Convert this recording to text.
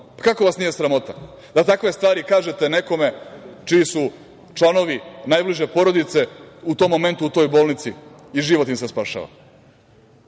Kako vas nije sramota da takve stvari kažete nekome čiji su članovi najbliže porodice u tom momentu u toj bolnici i život im se spašava? Jel